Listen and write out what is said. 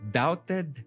doubted